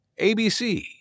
ABC